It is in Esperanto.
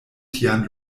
tian